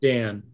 Dan